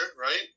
right